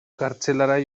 kartzelara